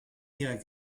ihrer